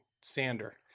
sander